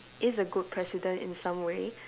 is a good president in some way